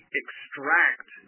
extract